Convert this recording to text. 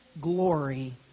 glory